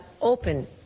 open